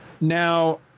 Now